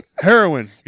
heroin